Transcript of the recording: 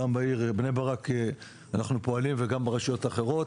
גם בעיר בני ברק אנחנו פועלים וגם ברשויות אחרות.